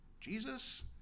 Jesus